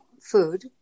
food